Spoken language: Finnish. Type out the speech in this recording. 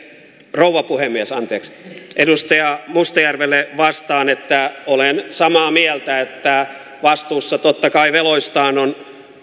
rouva puhemies edustaja mustajärvelle vastaan että olen samaa mieltä että vastuussa totta kai veloistaan on